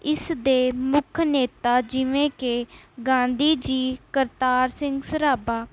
ਇਸ ਦੇ ਮੁੱਖ ਨੇਤਾ ਜਿਵੇਂ ਕਿ ਗਾਂਧੀ ਜੀ ਕਰਤਾਰ ਸਿੰਘ ਸਰਾਭਾ